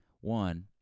One